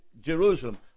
Jerusalem